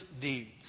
deeds